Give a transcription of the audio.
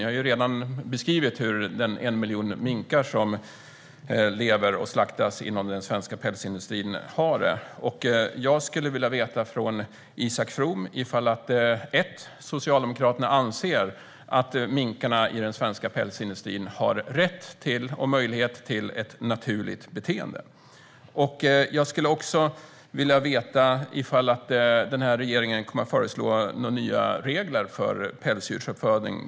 Jag har redan beskrivit hur 1 miljon minkar som lever och slaktas inom den svenska pälsindustrin har det. Anser Socialdemokraterna att minkarna i den svenska pälsindustrin har rätt till och möjlighet till ett naturligt beteende? Jag skulle också vilja veta om den här regeringen kommer att föreslå några nya regler för pälsdjursuppfödning.